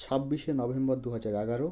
ছাব্বিশে নভেম্বর দু হাজার এগারো